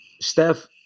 Steph